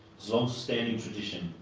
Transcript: longstanding tradition,